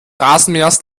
rasenmähers